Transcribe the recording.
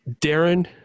darren